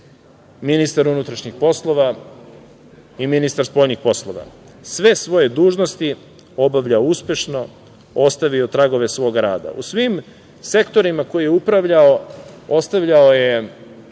ministar unutrašnjih poslova i ministar spoljnih poslova. Sve svoje dužnosti obavljao je uspešno, ostavio tragove svoga rada. U svim sektorima kojima je upravljao ostavljao je